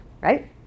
right